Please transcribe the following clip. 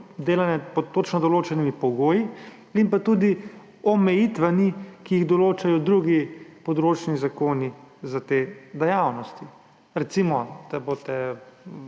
delane pod točno določenimi pogoji in omejitvami, ki jih določajo drugi področni zakoni za te dejavnosti. Recimo, da si